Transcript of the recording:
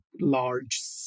large